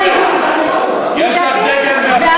מירי, חברת הכנסת רגב, יש לך דגל מאחור.